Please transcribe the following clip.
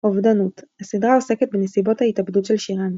אובדנות – הסדרה עוסקת בנסיבות ההתאבדות של שירן.